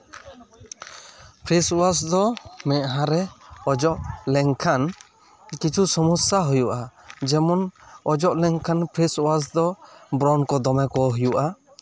face wash ᱫᱚ ᱢᱮᱫᱦᱟ ᱨᱮ ᱚᱡᱚᱜ ᱞᱮᱱᱠᱷᱟᱱ ᱠᱤᱪᱷᱩ ᱥᱚᱢᱚᱥᱥᱟ ᱦᱩᱭᱩᱜᱼᱟ ᱡᱮᱢᱚᱱ ᱚᱡᱚᱜ ᱞᱮᱱᱠᱷᱟᱱ ᱯᱷᱮᱹᱥ ᱚᱣᱟᱥ ᱫᱚ ᱵᱨᱚᱱ ᱠᱚ ᱫᱚᱢᱮ ᱠᱚ ᱦᱩᱭᱩᱜᱼᱟ